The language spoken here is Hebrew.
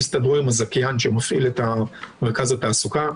"תסתדרו עם הזכיין שמפעיל את מרכז התעסוקה".